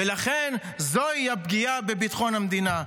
ולכן זוהי הפגיעה בביטחון המדינה.